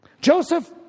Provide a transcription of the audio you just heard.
Joseph